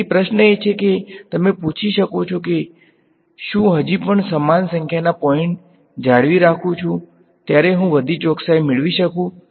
તેથી પ્રશ્ન એ છે કે તમે પૂછી શકો છો કે શું હજી પણ સમાન સંખ્યાના પોઈન્ટ જાળવી રાખું છું ત્યારે હું વધુ સારી ચોકસાઈ મેળવી શકું છું